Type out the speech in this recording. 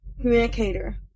communicator